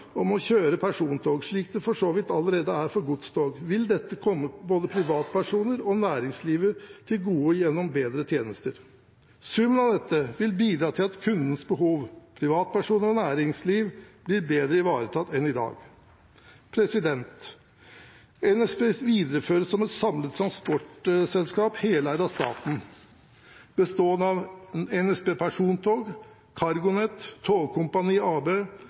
om å kjøre persontog, slik det for så vidt allerede er for godstog, vil dette komme både privatpersoner og næringslivet til gode gjennom bedre tjenester. Summen av dette vil bidra til at kundens – privatpersoner og næringslivet – behov blir bedre ivaretatt enn i dag. NSB videreføres som et samlet transportselskap, heleid av staten, bestående av NSB Persontog, CargoNet, Tågkompaniet AB,